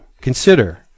consider